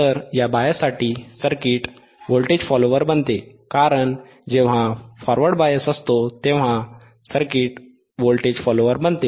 तर या बायससाठी सर्किट व्होल्टेज फॉलोअर बनते कारण जेव्हा फॉरवर्ड बायस असतो तेव्हा सर्किट व्होल्टेज फॉलोअर बनते